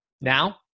Now